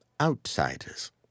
outsiders